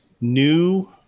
new